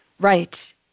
Right